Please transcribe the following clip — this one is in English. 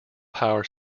power